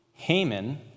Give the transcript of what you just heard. Haman